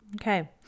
Okay